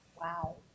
Wow